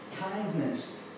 kindness